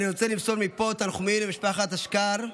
אני רוצה למסור מפה תנחומים למשפחת אשכר,